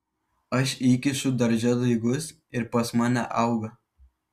aš įkišu darže daigus ir pas mane auga